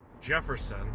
Jefferson